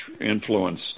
influence